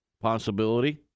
Possibility